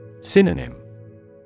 Synonym